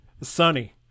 Sunny